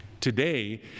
Today